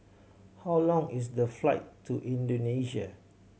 how long is the flight to Indonesia